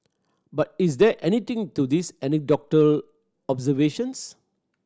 but is there anything to these anecdotal observations